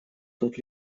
тут